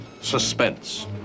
suspense